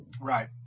Right